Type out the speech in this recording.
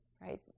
right